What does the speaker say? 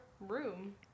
room